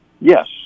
yes